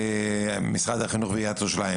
משרד החינוך ועיריית ירושלים.